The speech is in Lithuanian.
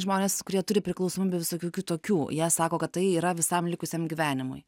žmonės kurie turi priklausomybių visokių kitokių jie sako kad tai yra visam likusiam gyvenimui